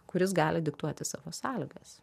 kuris gali diktuoti savo sąlygas